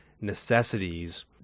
necessities